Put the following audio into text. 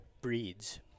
breeds